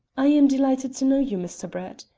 i am delighted to know you, mr. brett,